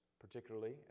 particularly